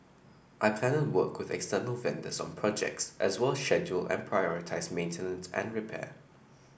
I plan and work with external vendors on projects as well schedule and prioritise maintenance and repair